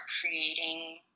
creating